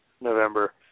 November